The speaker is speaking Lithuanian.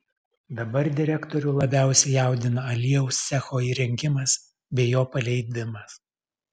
dabar direktorių labiausiai jaudina aliejaus cecho įrengimas bei jo paleidimas